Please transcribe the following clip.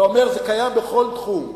אתה אומר: זה קיים בכל תחום.